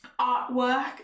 artwork